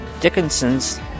Dickinson's